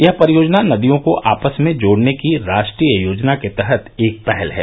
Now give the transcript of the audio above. यह परियोजना नदियों को आपस में जोड़ने की राष्ट्रीय योजना के तहत एक पहल है